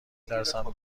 ترسم